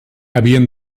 havien